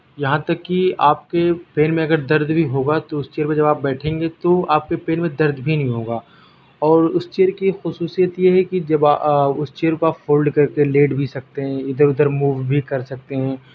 یہاں تک کہ آپ کے پیر میں اگر درد بھی ہوگا تو اس چیئر پہ جب آپ بیٹھیں گے تو آپ کے پیر میں درد بھی نہیں ہوگا اور اس چیئر کی ایک خصوصیت یہ ہے کہ جب اس چیئر کو آپ فولڈ کر کے لیٹ بھی سکتے ہیں اِدھر اُدھر موو بھی کر سکتے ہیں